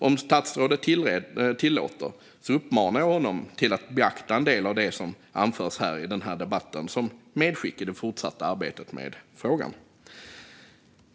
Om statsrådet tillåter uppmanar jag honom alltså att betrakta en del av det jag anför i den här debatten som medskick i det fortsatta arbetet med frågan.